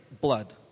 blood